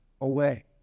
away